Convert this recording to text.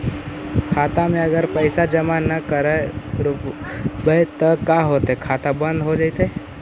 खाता मे अगर पैसा जमा न कर रोपबै त का होतै खाता बन्द हो जैतै?